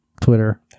twitter